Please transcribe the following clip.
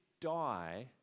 die